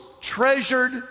treasured